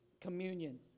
communion